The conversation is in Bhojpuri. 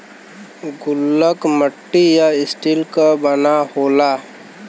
गुल्लक मट्टी या स्टील क बना होला